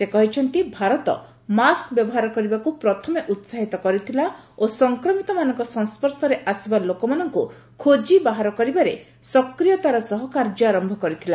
ସେ କହିଛନ୍ତି ଭାରତ ମାସ୍କ ବ୍ୟବହାର କରିବାକୁ ପ୍ରଥମେ ଉସାହିତ କରିଥିଲା ଓ ସଂକ୍ରମିତମାନଙ୍କ ସଂସର୍ଶରେ ଆସିବା ଲୋକମାନଙ୍କୁ ଖୋକ୍ତି ବାହାର କରିବାରେ ସକ୍ରିୟତାର ସହ କାର୍ଯ୍ୟ ଆରମ୍ଭ କରିଥିଲା